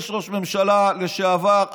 יש ראש ממשלה לשעבר,